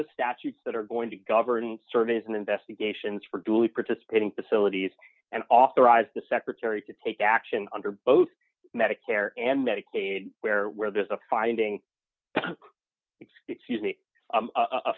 the statutes that are going to govern surveys and investigations for duly participating facilities and authorize the secretary to take action under both medicare and medicaid where there's a finding excuse me